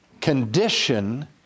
condition